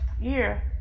year